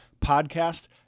podcast